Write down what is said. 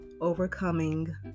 overcoming